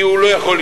כי הוא לא יכול,